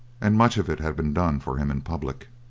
and much of it had been done for him in public.